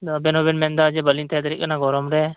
ᱟᱵᱮᱱ ᱦᱚᱸᱵᱮᱱ ᱢᱮᱱᱫᱟ ᱵᱟᱞᱤᱧ ᱛᱟᱦᱮᱸ ᱫᱟᱲᱮᱜ ᱠᱟᱱᱟ ᱜᱚᱨᱚᱢ ᱨᱮ